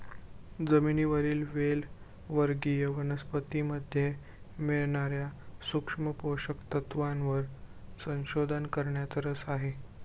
जमिनीवरील वेल वर्गीय वनस्पतीमध्ये मिळणार्या सूक्ष्म पोषक तत्वांवर संशोधन करण्यात रस आहे